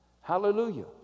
hallelujah